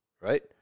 Right